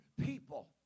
people